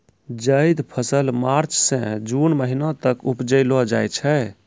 जैद फसल मार्च सें जून महीना तक उपजैलो जाय छै